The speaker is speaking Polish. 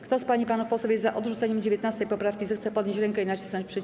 Kto z pań i panów posłów jest za odrzuceniem 19. poprawki, zechce podnieść rękę i nacisnąć przycisk.